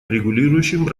регулирующим